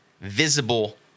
visible